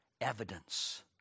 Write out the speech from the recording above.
Evidence